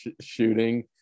shooting